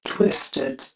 Twisted